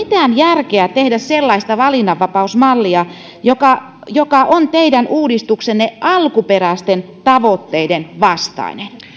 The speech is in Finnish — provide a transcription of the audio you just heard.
järkeä tehdä sellaista valinnanvapausmallia joka joka on teidän uudistuksenne alkuperäisten tavoitteiden vastainen